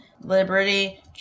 Liberty